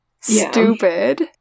Stupid